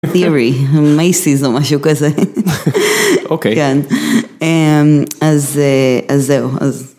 תיאורי, מייסיס זה משהו כזה, אז זהו.